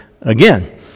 again